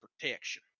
protection